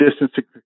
distance